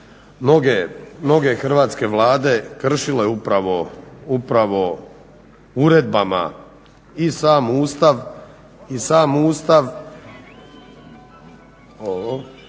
mnoge Hrvatske vlade kršile upravo uredbama i sam Ustav.